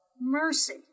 mercy